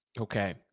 Okay